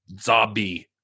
zombie